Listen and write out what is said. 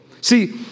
See